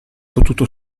potuto